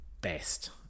best